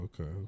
okay